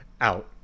Out